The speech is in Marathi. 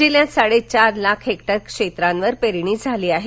जिल्ह्यात साडेचार लाख हेक्टर क्षेत्रावर पेरणी झाली आहे